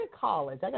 college